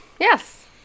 Yes